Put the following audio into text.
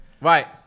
Right